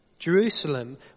Jerusalem